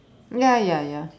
ya ya ya